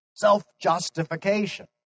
self-justification